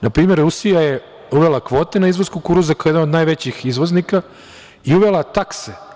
Na primer, Rusija je uvela kvote na izvoz kukuruza kao jedna od najvećih izvoznika i uvela takse.